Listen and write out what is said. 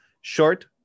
short